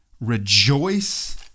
rejoice